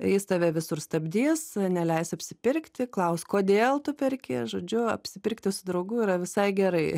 jis tave visur stabdys neleis apsipirkti klaus kodėl tu perki žodžiu apsipirkti su draugu yra visai gerai